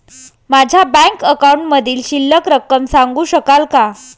माझ्या बँक अकाउंटमधील शिल्लक रक्कम सांगू शकाल का?